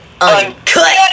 Uncut